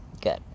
Good